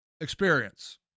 Experience